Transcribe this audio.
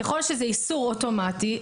ככל שזה איסור אוטומטי,